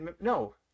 No